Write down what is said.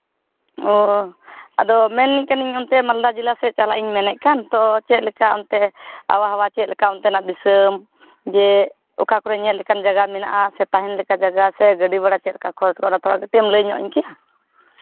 ᱚ ᱟᱫᱚ ᱢᱮᱱᱮᱫ ᱛᱟᱦᱮᱱᱤᱧ ᱚᱱᱛᱮ ᱢᱟᱞᱫᱟ ᱡᱮᱞᱟ ᱥᱮᱫ ᱪᱟᱞᱟᱜ ᱤᱧ ᱢᱮᱱᱮᱫ ᱠᱟᱱ ᱛᱚ ᱪᱮᱫ ᱞᱮᱠᱟ ᱚᱱᱛᱮ ᱟᱵᱚᱦᱟᱣᱟ ᱪᱮᱫ ᱞᱮᱠᱟ ᱚᱱᱛᱮᱱᱟᱜ ᱫᱤᱥᱟᱹᱢ ᱡᱮ ᱚᱠᱟ ᱠᱚᱨᱮ ᱧᱮᱞ ᱞᱮᱠᱟᱱ ᱡᱟᱭᱜᱟ ᱢᱮᱱᱟᱜᱼᱟ ᱥᱮ ᱛᱟᱦᱮᱱ ᱞᱮᱠᱟ ᱡᱟᱭᱜᱟ ᱥᱮ ᱜᱟᱹᱰᱤ ᱵᱷᱟᱲᱟ ᱪᱮᱫ ᱞᱮᱠᱟ ᱠᱷᱚᱨᱚᱪᱚᱜᱼᱟ ᱚᱱᱟᱛᱚ ᱟᱨ ᱠᱟᱹᱴᱤᱡ ᱮᱢ ᱞᱟᱹᱭ ᱧᱚᱜ ᱟᱹᱧ ᱠᱮᱭᱟ